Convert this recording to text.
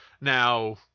Now